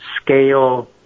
scale